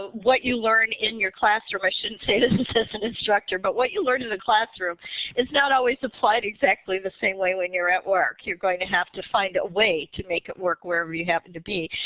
what you learn in your classroom i shouldn't say this and so as an instructor but what you learn in the classroom is not always applied exactly the same way when you're at work. you're going to have to find a way to make it work wherever you happen to be.